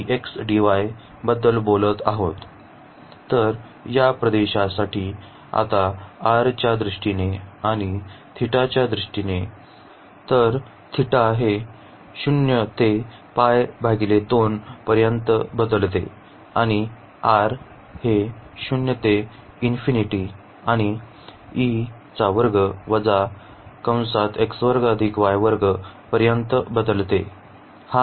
तर या प्रदेशासाठी आता r च्या दृष्टीने आणि θ च्या दृष्टीने तर θ 0 ते π 2 पर्यंत बदलते आणि r 0 ते ∞ आणि पर्यंत बदलते